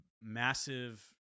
massive